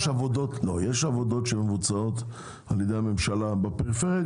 יש עבודות שמבוצעות על ידי הממשלה בפריפריה,